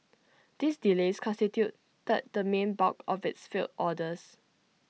these delays constituted the main bulk of its failed orders